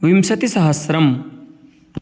विंशतिसहस्रम्